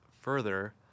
further